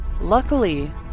Luckily